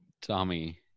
Tommy